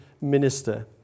minister